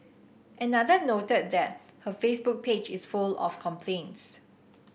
another noted that her Facebook page is full of complaints